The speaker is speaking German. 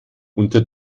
unter